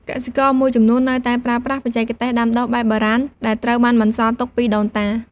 កសិករមួយចំនួននៅតែប្រើប្រាស់បច្ចេកទេសដាំដុះបែបបុរាណ ដែលត្រូវបានបន្សល់ទុកពីដូនតា។